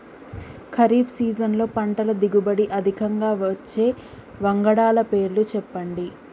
ఖరీఫ్ సీజన్లో పంటల దిగుబడి అధికంగా వచ్చే వంగడాల పేర్లు చెప్పండి?